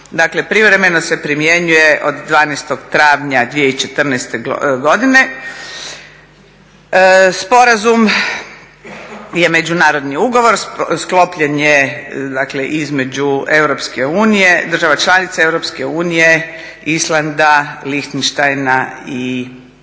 privremeno se primjenjuje od 12. travnja 2014. godine. Sporazum je međunarodni ugovor. Sklopljen je, dakle između EU, država članica EU, Islanda, Lihtenštajna i Norveške.